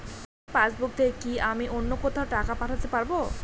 এই পাসবুক থেকে কি আমি অন্য কোথাও টাকা পাঠাতে পারব?